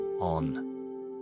on